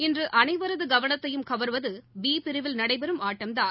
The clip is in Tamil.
இன்றுஅனைவரதுகவனத்தையும் கவர்வதுபிபிரிவில் நடைபெறும் இதில் ஆட்டம்தான்